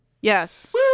Yes